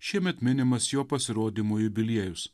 šiemet minimas jo pasirodymo jubiliejus